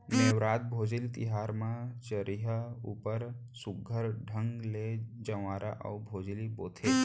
नेवरात, भोजली तिहार म चरिहा ऊपर सुग्घर ढंग ले जंवारा अउ भोजली बोथें